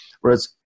Whereas